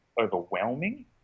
overwhelming